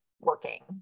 working